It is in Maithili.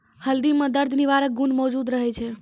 हल्दी म दर्द निवारक गुण मौजूद रहै छै